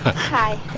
hi